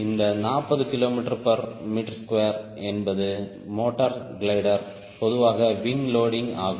இந்த 40 kgm2 என்பது motor glider பொதுவாக விங் லோடிங் ஆகும்